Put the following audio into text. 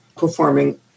Performing